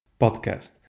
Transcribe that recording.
podcast